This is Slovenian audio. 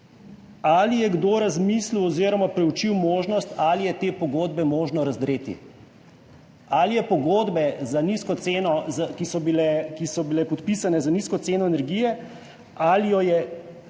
Ali je kdo razmislil oziroma preučil možnost, ali je te pogodbe možno razdreti? Ali je pogodbe, ki so bile podpisane za nizko ceno energije, možno razdreti?